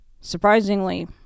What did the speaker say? Surprisingly